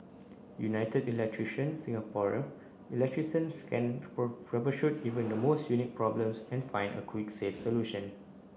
United Electrician Singapore electricians can troubleshoot even the most unique problems and find a quick safe solution